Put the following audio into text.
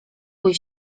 bój